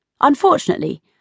Unfortunately